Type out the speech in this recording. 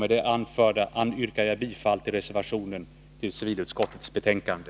Med det anförda yrkar jag bifall till reservationen till civilutskottets betänkande.